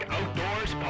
Outdoors